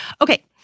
Okay